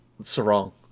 Sarong